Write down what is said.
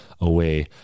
away